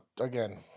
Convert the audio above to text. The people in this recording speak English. again